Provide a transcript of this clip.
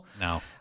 No